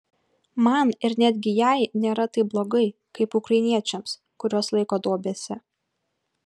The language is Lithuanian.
man ir netgi jai nėra taip blogai kaip ukrainiečiams kuriuos laiko duobėse